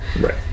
Right